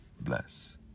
Bless